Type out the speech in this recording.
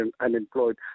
unemployed